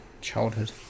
childhood